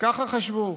ככה חשבו.